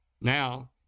Now